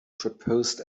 proposed